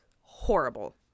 Horrible